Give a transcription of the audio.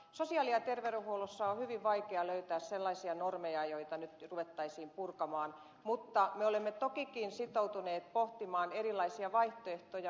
sosiaali ja terveydenhuollossa on hyvin vaikea löytää sellaisia normeja joita nyt ruvettaisiin purkamaan mutta me olemme tokikin sitoutuneet pohtimaan erilaisia vaihtoehtoja